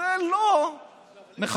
זה לא מחבל,